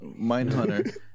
Mindhunter